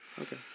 okay